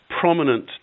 prominent